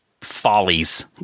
follies